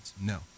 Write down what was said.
No